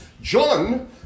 John